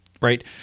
right